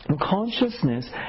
Consciousness